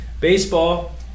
Baseball